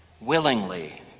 willingly